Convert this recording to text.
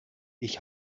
ich